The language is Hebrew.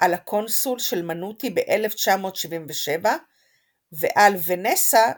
על "הקונסול" של מנוטי ב-1977 ועל "ונסה"